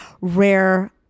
rare